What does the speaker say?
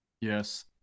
Yes